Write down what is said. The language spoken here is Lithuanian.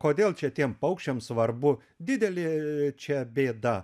kodėl čia tiem paukščiam svarbu didelė čia bėda